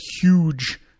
huge